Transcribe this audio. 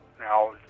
Now